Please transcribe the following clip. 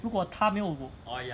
如果她没有